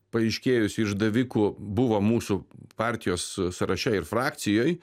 paaiškėjusių išdavikų buvo mūsų partijos sąraše ir frakcijoj